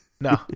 no